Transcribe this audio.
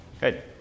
Good